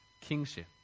kingship